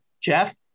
Jeff